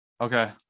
okay